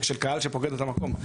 של קהל שפוקד את המקום.